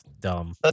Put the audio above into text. dumb